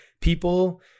people